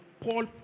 Paul